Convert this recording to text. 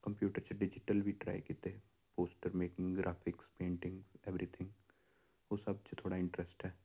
computer digital ਵੀ try ਕੀਤੇ poster making graphics painting everything ਉਹ ਸਭ 'ਚ ਥੋੜ੍ਹਾ ਇੰਟਰਸਟ ਹੈ